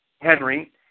Henry